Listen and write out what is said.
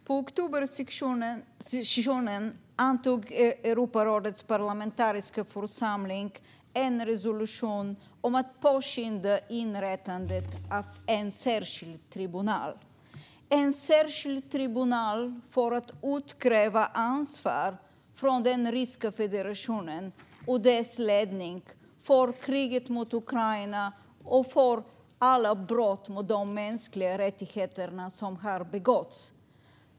På oktobersessionen antog Europarådets parlamentariska församling en resolution om att påskynda inrättandet av en särskild tribunal för att utkräva ansvar från Ryska federationen och dess ledning för kriget mot Ukraina och för alla brott mot de mänskliga rättigheterna som har begåtts.